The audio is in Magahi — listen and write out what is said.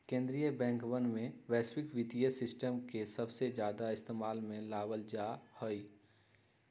कीन्द्रीय बैंकवन में वैश्विक वित्तीय सिस्टम के सबसे ज्यादा इस्तेमाल में लावल जाहई